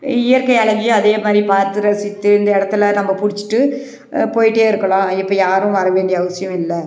இயற்கை அழகையும் அதே மாதிரி பார்த்து ரசித்து இந்த இடத்துல நம்ம புடிச்சுட்டு போய்ட்டே இருக்கலாம் இப்போ யாரும் வர வேண்டிய அவசியம் இல்லை